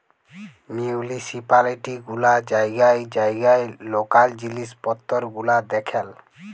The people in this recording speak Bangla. মিউলিসিপালিটি গুলা জাইগায় জাইগায় লকাল জিলিস পত্তর গুলা দ্যাখেল